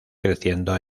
creciendo